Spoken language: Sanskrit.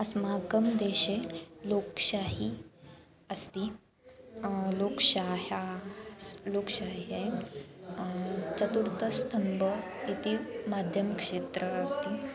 अस्माकं देशे लोक्शाहि अस्ति लोक्शाहा लोक्शाह्ये चतुर्थस्तम्भः इति माध्यमक्षेत्रम् अस्ति